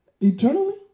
Eternally